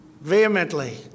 vehemently